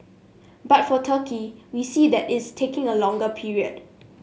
but for Turkey we see that is taking a longer period